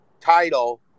Title